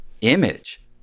image